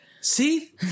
See